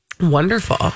Wonderful